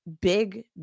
big